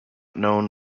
known